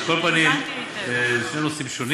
על כל פנים, אלה שני נושאים שונים.